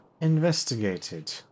investigated